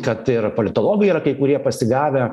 kad ir politologai yra kai kurie pasigavę